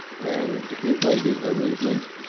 and evaded her movement.